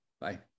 Bye